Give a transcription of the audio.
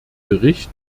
bericht